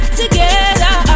together